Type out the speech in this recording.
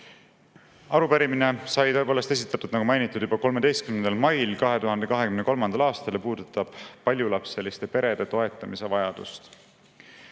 Arupärimine sai tõepoolest esitatud, nagu mainitud, juba 13. mail 2023. aastal ja puudutab paljulapseliste perede toetamise